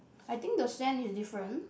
I think the sand is different